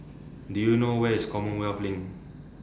Do YOU know Where IS Commonwealth LINK